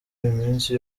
iminsi